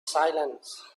silence